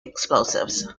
explosives